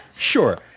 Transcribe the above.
Sure